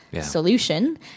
solution